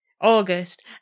August